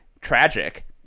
tragic